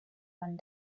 one